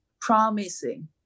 promising